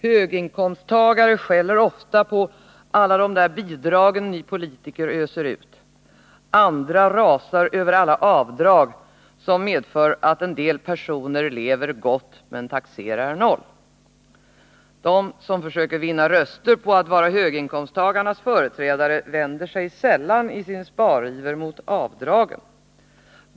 Höginkomsttagare skäller ofta på ”alla dom där bidragen ni politiker öser ut”. Andra rasar över alla avdrag som medför att en del personer lever gott men taxerar noll. De som försöker vinna röster på att vara höginkomsttagarnas företrädare vänder sig sällan i sin sparivran mot avdragen.